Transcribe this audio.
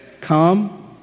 Come